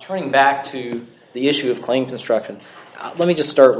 turning back to the issue of claim to structure and let me just start with